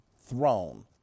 throne